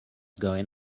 going